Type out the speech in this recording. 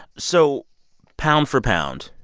so pound for pound,